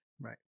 right